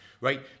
right